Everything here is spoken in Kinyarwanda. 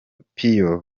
piyo